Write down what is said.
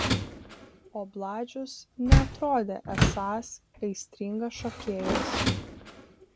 o bladžius neatrodė esąs aistringas šokėjas